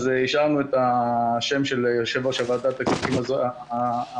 אז השארנו את השם של יושב-ראש ועדת הכספים הקודמת.